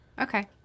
Okay